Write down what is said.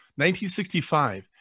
1965